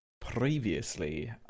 previously